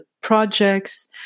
projects